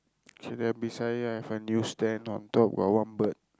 okay then beside it I have a new stand on top got one bird